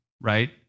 right